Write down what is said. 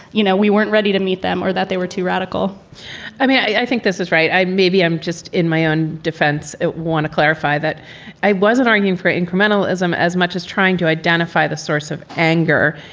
you know, we weren't ready to meet them or that they were too radical i mean, i think this is right. i maybe i'm just in my own defense, want to clarify that i wasn't arguing for incrementalism as much as trying to identify the source of anger.